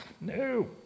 No